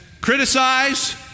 criticize